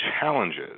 challenges